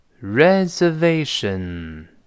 reservation